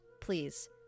please